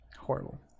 horrible